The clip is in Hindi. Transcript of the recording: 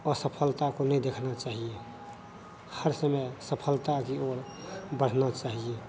असफलता को नहीं देखना चाहिए हर समय सफलता की और बढ़ना चाहिए